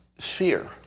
fear